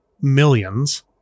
millions